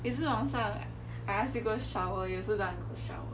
有时候晚上 I ask you go shower you don't want go shower